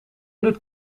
doet